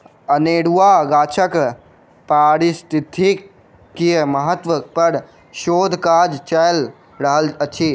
अनेरुआ गाछक पारिस्थितिकीय महत्व पर शोध काज चैल रहल अछि